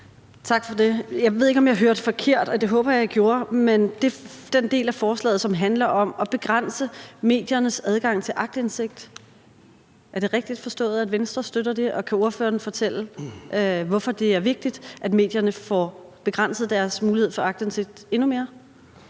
Tak for det. Jeg ved ikke, om jeg hørte forkert, og det håber jeg at jeg gjorde, men det er til den del af forslaget, der handler om at begrænse mediernes adgang til aktindsigt: Er det rigtigt forstået, at Venstre støtter det? Og kan ordføreren fortælle, hvorfor det er vigtigt, at medierne får begrænset deres mulighed for aktindsigt endnu mere?